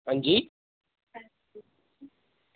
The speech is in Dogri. हां जी